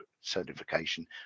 certification